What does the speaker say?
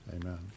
Amen